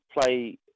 play